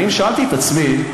לפעמים שאלתי את עצמי,